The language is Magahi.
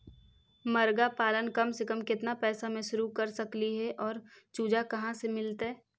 मरगा पालन कम से कम केतना पैसा में शुरू कर सकली हे और चुजा कहा से मिलतै?